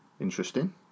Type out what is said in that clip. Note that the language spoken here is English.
interesting